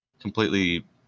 completely